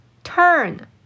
Turn